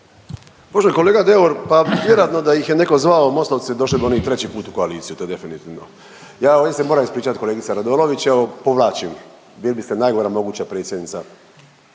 Poštovani kolega Deur, pa vjerojatno da ih je netko zvao Mostovce došli bi oni i treći put u koaliciju to je definitivno. Ja ovdje se moram ispričati kolegici Radolović. Evo povlačim, bili biste najgora moguća predsjednica